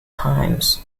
times